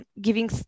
giving